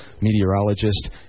meteorologist